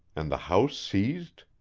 and the house seized?